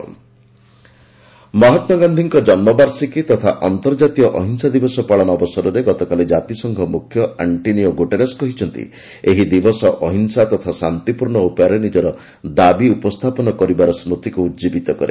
ଜାତିସଂଘ ମହାତ୍ମା ଗାନ୍ଧୀଙ୍କ ଜନ୍ମବାର୍ଷିକୀ ତଥା ଅନ୍ତର୍ଜାତୀୟ ଅହିଂସା ଦିବସ ପାଳନ ଅବସରରେ ଗତକାଲି ଜାତିସଂଘ ମୁଖ୍ୟ ଆଷ୍ଟ୍ରୋନିୟୋ ଗୁଟେରସ୍ କହିଛନ୍ତି ଏହି ଦିବସ ଅହିଂସା ତଥା ଶାନ୍ତିପୂର୍ଣ୍ଣ ଉପାୟରେ ନିଜର ଦାବି ଉପସ୍ଥାପନ କରିବାର ସ୍କୁତିକୁ ଉଜିବୀତ କରେ